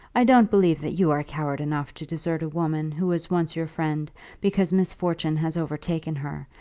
i don't believe that you are coward enough to desert a woman who was once your friend because misfortune has overtaken her,